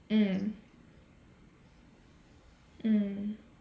mm mm